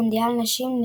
מונדיאל הנשים,